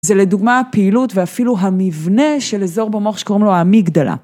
זה לדוגמה הפעילות ואפילו המבנה של אזור במוח שקוראים לו האמיגדלה.